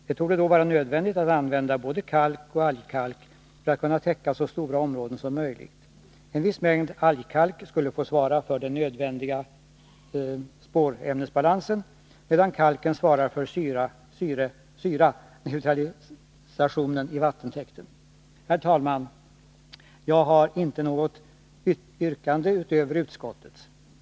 Det torde då vara nödvändigt att använda både kalk och algkalk för att kunna täcka så stora områden som möjligt. En viss mängd algkalk skulle få svara för den nödvändiga spårämnesbalansen, medan kalken svarar för syraneutralisationen i vattentäkten. Herr talman! Jag har inte något yrkande utöver utskottets.